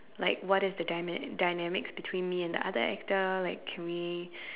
like what is the dyna~ dynamics between me and the other actor like can we